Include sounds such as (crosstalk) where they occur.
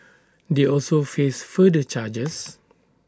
they also face further charges (noise)